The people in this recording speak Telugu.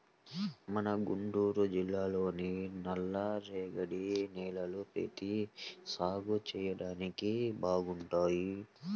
మన గుంటూరు జిల్లాలోని నల్లరేగడి నేలలు పత్తి సాగు చెయ్యడానికి బాగుంటాయి